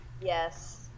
Yes